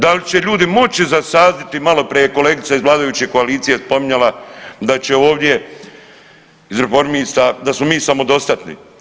Da li će ljudi moći zasaditi, maloprije je kolegica iz vladajuće koalicije spominjala da će ovdje, iz Reformista, da smo mi samodostatni.